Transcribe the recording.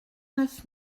neuf